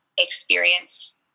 experience